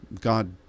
God